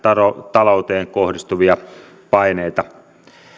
talouteen kohdistuvia paineita